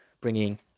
bringing